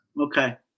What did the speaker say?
Okay